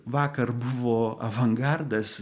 vakar buvo avangardas